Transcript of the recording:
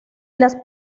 las